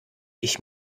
ich